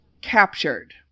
captured